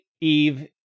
Eve